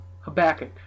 Habakkuk